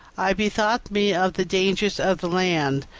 i bethought me of the dangers of the land,